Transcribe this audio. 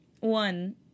One